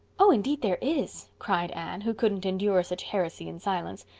oh, indeed there is, cried anne, who couldn't endure such heresy in silence.